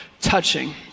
touching